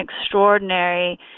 extraordinary